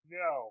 no